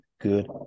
good